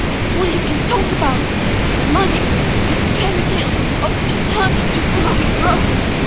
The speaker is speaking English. and all you can talk about is the money and fairytales of eternal economic growth.